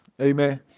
Amen